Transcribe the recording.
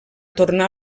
tornar